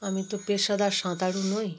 আমি তো পেশাদার সাঁতারু নই